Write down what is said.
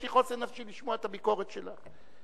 יש לי חוסן נפשי לשמוע את הביקורת שלה.